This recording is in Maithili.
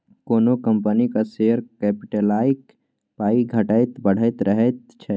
कोनो कंपनीक शेयर कैपिटलक पाइ घटैत बढ़ैत रहैत छै